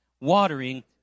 Watering